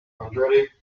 andretti